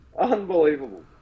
Unbelievable